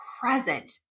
present